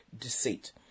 deceit